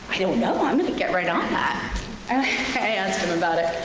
don't know, i'm gonna get right on that, and i asked him about it.